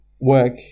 work